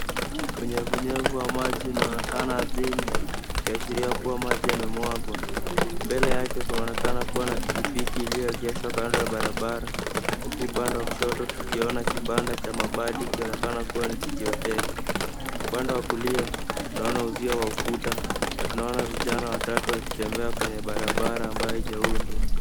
Unyevunyevu wa maji unaonekana ardhini ukiashiria kuwa maji yamemwagwa. Mbele yake kunaonekana kuwa na pikipiki iliyoegeshwa kando ya barababara, huku upande wa kushoto tukiona kibanda cha mabati ikionekana kuwa ni kijihoteli. Upande wa kulia tunaona uzio wa ukuta na tunaona vijana watatu wakitembea kwenye barabara ambayo haijaundwa.